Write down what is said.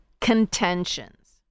contentions